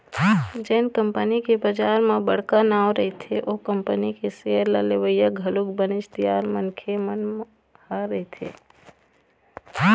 जेन कंपनी के बजार म बड़का नांव रहिथे ओ कंपनी के सेयर ल लेवइया घलोक बनेच तियार मनखे मन ह रहिथे